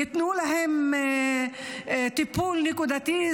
ייתנו להם טיפול נקודתי,